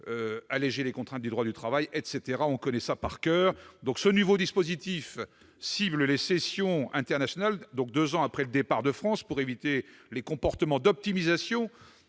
alléger les contraintes du droit du travail : on connaît cela par coeur ! Ce nouveau dispositif cible les cessions effectuées deux ans après le départ de France pour éviter les comportements d'optimisation